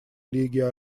лиги